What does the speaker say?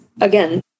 again